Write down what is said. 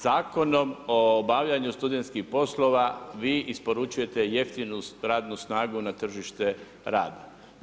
Zakonom o obavljanju studentskih poslova, vi isporučujete jeftinu radnu snagu na tržište rada.